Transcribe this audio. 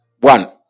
one